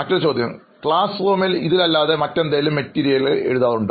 അഭിമുഖം നടത്തുന്നയാൾ ക്ലാസ് റൂമിൽ ഇതിൽ അല്ലാതെ മറ്റേതെങ്കിലും മെറ്റീരിയലിൽ എഴുതാറുണ്ടോ